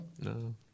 No